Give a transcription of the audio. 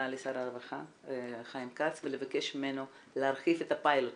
לשר הרווחה חיים כץ ולבקש ממנו להרחיב את הפיילוט.